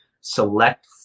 select